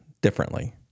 differently